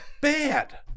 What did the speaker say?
Bad